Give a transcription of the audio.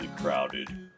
crowded